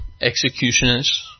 executioners